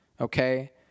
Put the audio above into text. okay